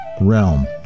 realm